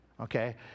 okay